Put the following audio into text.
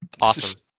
Awesome